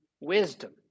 wisdom